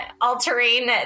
altering